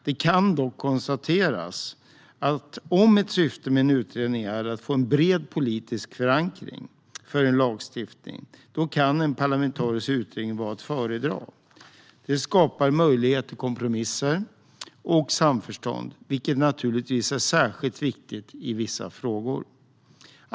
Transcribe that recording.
Det kan dock konstateras att om ett syfte med en utredning är att få en bred politisk förankring för en lagstiftning kan en parlamentarisk utredning vara att föredra. Det skapar möjlighet till kompromisser och samförstånd, vilket naturligtvis är särskilt viktigt i vissa frågor.